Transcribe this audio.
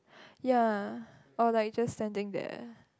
ya or like just standing there